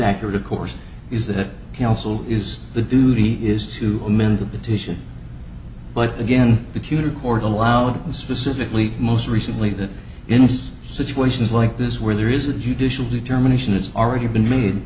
accurate of course is that counsel is the duty is to amend the petition but again the cuter court allowed specifically most recently that in most situations like this where there is a judicial determination it's already been made